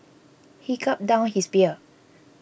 he gulped down his beer